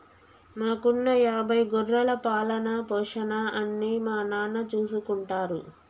మాకున్న యాభై గొర్రెల పాలన, పోషణ అన్నీ మా నాన్న చూసుకుంటారు